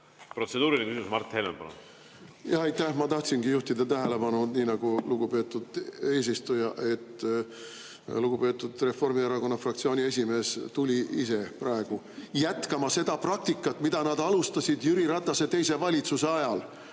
Protseduuriline küsimus, Mart Helme,